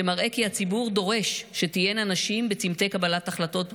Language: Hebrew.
שמראה כי הציבור דורש שתהיינה נשים בצומתי קבלת החלטות בממשלה,